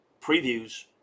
previews